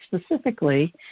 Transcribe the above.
specifically